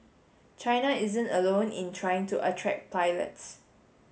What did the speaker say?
China isn't alone in trying to attract pilots